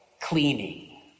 cleaning